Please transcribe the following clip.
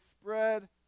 spread